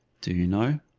do you know,